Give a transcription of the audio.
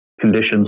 conditions